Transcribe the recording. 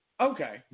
Okay